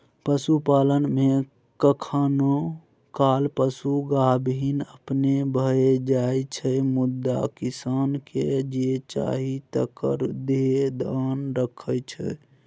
पशुपालन मे कखनो काल पशु गाभिन अपने भए जाइ छै मुदा किसानकेँ जे चाही तकर धेआन रखै छै